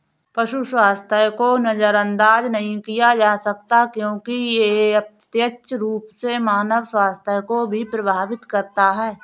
पशु स्वास्थ्य को नजरअंदाज नहीं किया जा सकता क्योंकि यह अप्रत्यक्ष रूप से मानव स्वास्थ्य को भी प्रभावित करता है